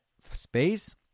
space